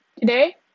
Today